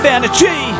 energy